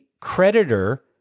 creditor